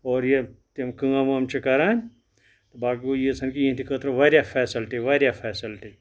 اور یہِ تِم کٲم وٲم چھِ کَران تہٕ باقٕے گوٚو ییٖژۂن کہِ یِہِنٛدِ خٲطرٕ واریاہ فیسَلٹی واریاہ فیسَلٹی